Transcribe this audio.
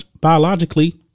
biologically